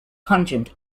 pungent